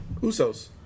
Usos